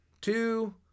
two